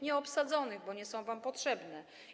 Nieobsadzonych, bo nie są wam potrzebne.